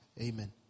amen